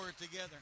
together